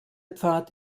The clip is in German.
pfad